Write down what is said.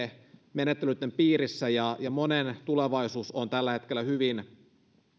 menettelyitten piirissä ja monen tulevaisuus on tällä hetkellä hyvin